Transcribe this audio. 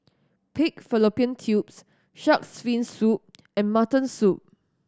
pig fallopian tubes Shark's Fin Soup and mutton soup